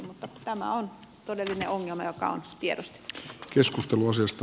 mutta tämä on todellisia ongelmiakaan tiedot keskustelu asiasta